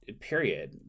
period